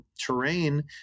terrain